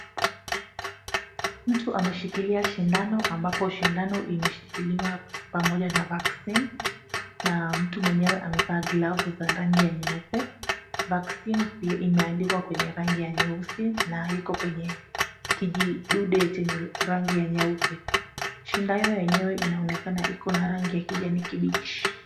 Mtu ameshikilia sindano, ambapo sindano imeshikiliwa pamoja na vaccine na mtu mwenyewe amevaa glavu za rangi ya nyeupe, vaccine imeandikwa na rangi ya nyeusi na iko kwenye kijidude zenye rangi ya nyeupe, sindano yenyewe inaonekana iko na rangi ya kijani kibichi.